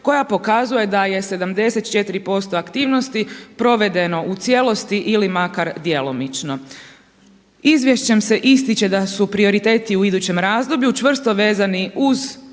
koja pokazuje da je 74% aktivnosti provedeno u cijelosti ili makar djelomično. Izvješćem se ističe da su prioriteti u idućem razdoblju čvrsto vezani uz